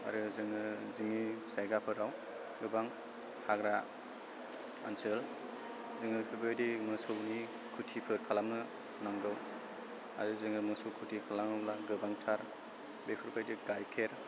आरो जोङो जोंनि जायगाफोराव गोबां हाग्रा ओनसोल जोङो बेफोरबायदि मोसौनि खुथिबो खालामनो नांगौ आरो जोङो मोसौ खुथि खालामोब्ला गोबांथार बेफोरबायदि गायखेर